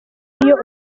ariyo